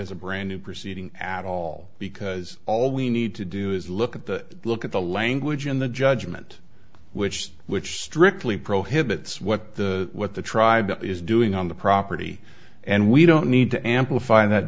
as a brand new proceeding at all because all we need to do is look at the look at the language in the judgment which which strictly prohibits what the what the tribe is doing on the property and we don't need to amplify that